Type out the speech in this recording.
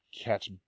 catch